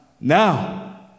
Now